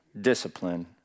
discipline